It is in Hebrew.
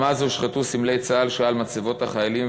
גם אז הושחתו סמלי צה"ל שעל מצבות החיילים,